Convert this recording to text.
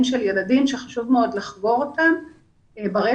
של ילדים שחשוב מאוד לחגור אותם ברכב.